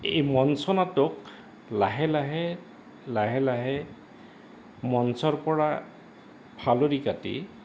এই মঞ্চ নাটক লাহে লাহে লাহে লাহে মঞ্চৰপৰা ফালৰি কাটি